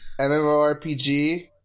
MMORPG